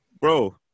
bro